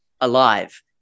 alive